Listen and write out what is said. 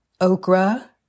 okra